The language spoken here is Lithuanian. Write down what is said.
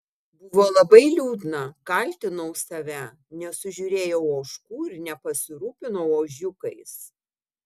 buvo labai liūdna kaltinau save nesužiūrėjau ožkų ir nepasirūpinau ožiukais